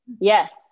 Yes